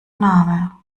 name